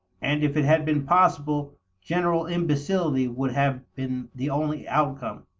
and if it had been possible general imbecility would have been the only outcome.